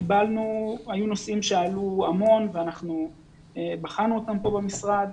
היו נושאים שעלו ואנחנו בחנו אותם במשרד.